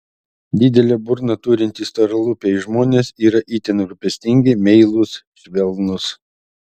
didelę burną turintys storalūpiai žmonės yra itin rūpestingi meilūs švelnūs